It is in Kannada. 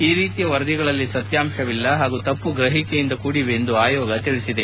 ಈ ರೀತಿಯ ವರದಿಗಳಲ್ಲಿ ಸತ್ಯಾಂಶವಿಲ್ಲ ಹಾಗೂ ತಮ್ಪ ಗ್ರಹಿಕೆಯಿಂದ ಕೂಡಿವೆ ಎಂದು ಆಯೋಗ ತಿಳಿಸಿದೆ